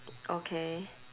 okay